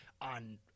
on